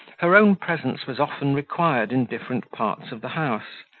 her own presence was often required in different parts of the house,